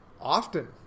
often